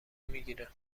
میگیره